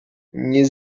nie